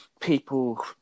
people